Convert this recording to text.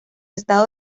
estado